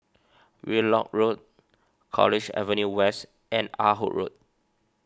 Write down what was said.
Yung Loh Road College Avenue West and Ah Hood Road